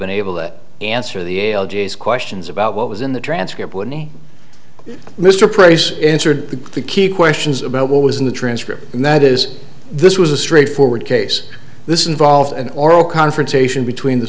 been able to answer the questions about what was in the transcript whitney mr price answered the key questions about what was in the transcript and that is this was a straightforward case this involved an oral confrontation between the